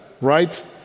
right